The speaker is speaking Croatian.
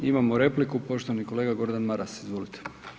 Imamo repliku, poštovani kolega Gordan Maras, izvolite.